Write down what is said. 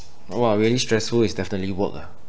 !wah! really stressful is definitely work ah